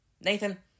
Nathan